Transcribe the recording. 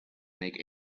make